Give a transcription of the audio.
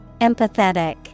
Empathetic